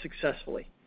successfully